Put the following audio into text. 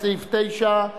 לסעיף 9,